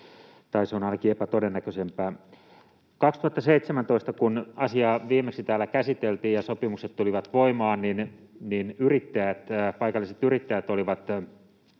tai se on ainakin epätodennäköisempää. Vuonna 2017, kun asiaa viimeksi täällä käsiteltiin ja sopimukset tulivat voimaan, paikalliset yrittäjät olivat